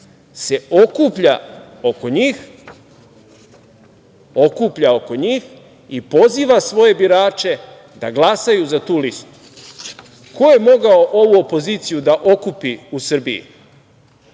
se okuplja oko njih i poziva svoje birače da glasaju za tu listu. Ko je mogao ovu opoziciju da okupi u Srbiji?